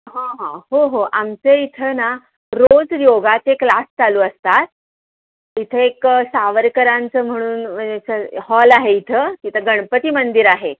हां हां हो हो आमचं इथं ना रोज योगाचे क्लास चालू असतात इथं एक सावरकरांचं म्हणून हॉल आहे इथं इथं गणपती मंदिर आहे